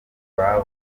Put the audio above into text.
babanaga